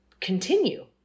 continue